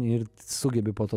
ir sugebi po to